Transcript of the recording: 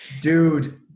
Dude